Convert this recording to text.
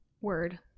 Word